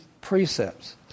precepts